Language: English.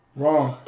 wrong